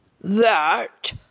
That